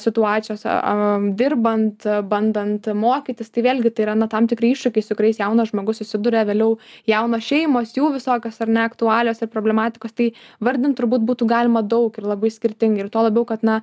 situacijos dirbant bandant mokytis tai vėlgi tai yra tam tikri iššūkiai su kuriais jaunas žmogus susiduria vėliau jaunos šeimos jų visokios ar ne aktualios problematikos tai vardint turbūt būtų galima daug ir labai skirtingai ir tuo labiau kad na